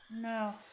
no